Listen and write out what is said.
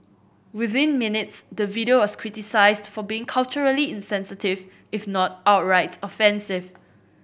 within minutes the video was criticised for being culturally insensitive if not outright offensive